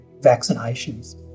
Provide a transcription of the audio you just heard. vaccinations